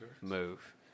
move